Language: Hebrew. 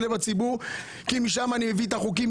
לב הציבור כי משם אני מביא את החוקים,